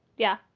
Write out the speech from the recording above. yeah,